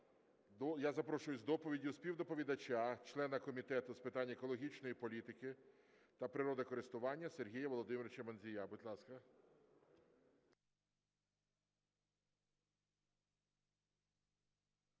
я запрошую з доповіддю співдоповідача, члена Комітету з питань екологічної політики та природокористування Сергія Володимировича Мандзія. Будь ласка.